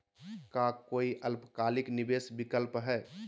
का काई अल्पकालिक निवेस विकल्प हई?